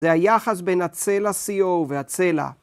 זה היחס בין הצלע CO והצלע.